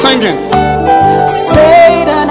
Satan